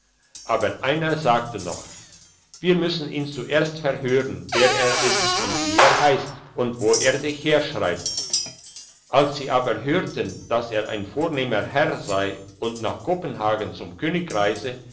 aber einer sagte noch wir müssen ihn zuerst verhören wer er ist und wie er heisst und wo er sich herschreibt als sie aber hörten dass er ein vornehmer herr sei und nach kopenhagen zum